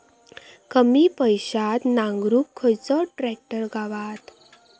कमी पैशात नांगरुक खयचो ट्रॅक्टर गावात?